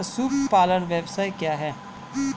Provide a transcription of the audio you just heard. पशुपालन व्यवसाय क्या है?